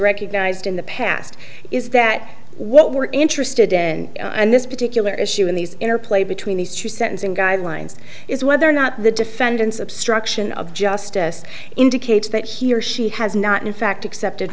recognized in the past is that what we're interested in this particular issue in these interplay between these two sentencing guidelines is whether or not the defendants obstruction of justice indicates that he or she has not in fact accepted